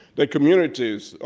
that communities are,